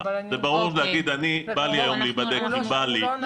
זה ברור שלהגיד שבא לי להיבדק היום כי בא לי לא נחשב,